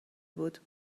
بود